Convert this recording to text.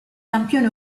campioni